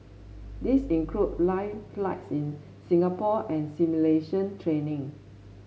these include live flights in Singapore and simulation training